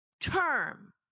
term